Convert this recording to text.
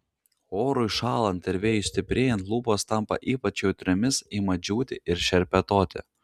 orui šąlant ir vėjui stiprėjant lūpos tampa ypač jautriomis ima džiūti ir šerpetoti